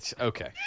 Okay